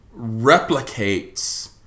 replicates